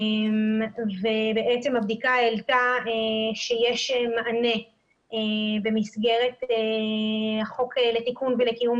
ובעצם הבדיקה העלתה שיש מענה במסגרת החוק לתיקון ולקיום